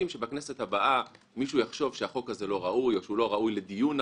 שבכנסת הבאה מישהו יחשוב שהחוק הזה לא ראוי או שהוא לא ראוי לדיון נכון,